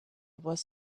was